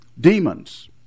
Demons